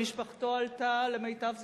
שמשפחתו עלתה, למיטב זיכרוני,